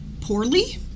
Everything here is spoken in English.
poorly